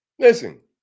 Listen